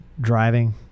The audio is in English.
driving